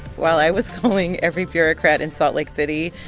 while i was calling every bureaucrat in salt lake city,